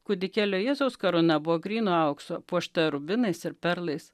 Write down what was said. kūdikėlio jėzaus karūna buvo grynu auksu puošta rubinais ir perlais